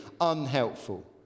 unhelpful